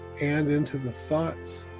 and into the thoughts,